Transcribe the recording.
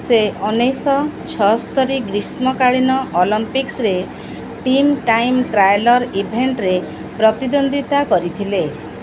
ସେ ଉଣେଇଶହ ଛଅସ୍ତୋରି ଗ୍ରୀଷ୍ମକାଳୀନ ଅଲିମ୍ପିକ୍ସରେ ଟିମ୍ ଟାଇମ୍ ଟ୍ରାଏଲ୍ର ଇଭେଣ୍ଟରେ ପ୍ରତିଦ୍ୱନ୍ଦିତା କରିଥିଲେ